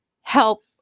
help